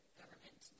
government